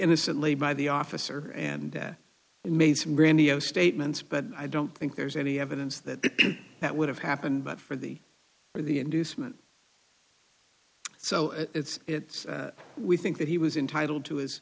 innocently by the officer and made some grandiose statements but i don't think there's any evidence that that would have happened but for the for the inducement so it's it's we think that he was entitle to his